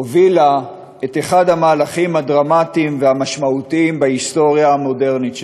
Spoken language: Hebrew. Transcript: הובילה את אחד המהלכים הדרמטיים והמשמעותיים בהיסטוריה המודרנית שלנו.